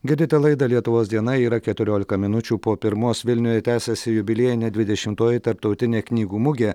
girdite laidą lietuvos diena yra keturiolika minučių po pirmos vilniuje tęsiasi jubiliejinė dvidešimtoji tarptautinė knygų mugė